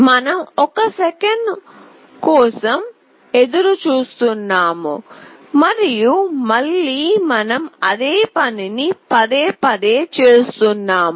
మనం 1 సెకను కోసం ఎదురు చూస్తున్నాము మరియు మళ్ళీ మనం అదే పనిని పదేపదే చేస్తున్నాము